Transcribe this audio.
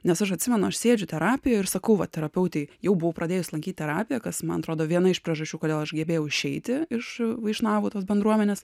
nes aš atsimenu aš sėdžiu terapijoj ir sakau va terapeutei jau buvau pradėjus lankyti terapiją kas man atrodo viena iš priežasčių kodėl aš gebėjau išeiti iš vaišnavo tos bendruomenės